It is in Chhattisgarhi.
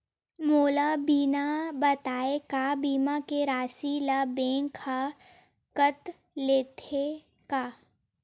मोला बिना बताय का बीमा के राशि ला बैंक हा कत लेते का?